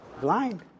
Blind